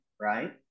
right